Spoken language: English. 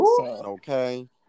Okay